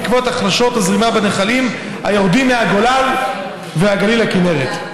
בעקבות היחלשות הזרימה בנחלים היורדים מהגולן והגליל לכינרת.